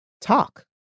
Talk